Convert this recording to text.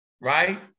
right